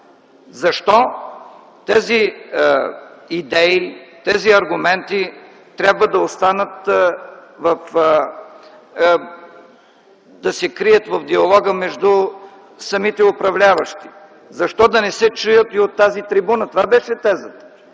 Защо тези аргументи трябва да останат да се крият в диалога между самите управляващи? Защо да не се чуят и от тази трибуна?! Това беше тезата.